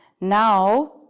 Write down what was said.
now